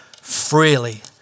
freely